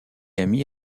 ami